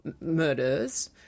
murders